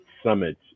summit